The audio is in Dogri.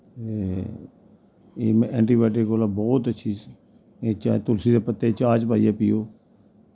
एह् ऐन्टीबाएओटिक कोला बहुत अच्छी चाहे तुलसी दे पत्ते चाह् च पाइयै पियो